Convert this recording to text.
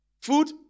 Food